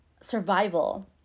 survival